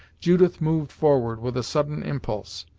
judith moved forward with a sudden impulse,